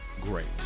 great